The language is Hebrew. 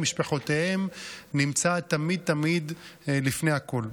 משפחותיהם נמצא תמיד תמיד לפני הכול.